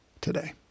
today